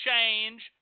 change